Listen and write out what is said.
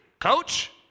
Coach